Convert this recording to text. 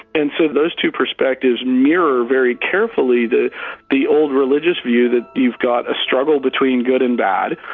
and so those two perspectives mirror very carefully the the old religious view that you've got a struggle between good and bad,